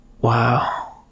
Wow